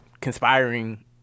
conspiring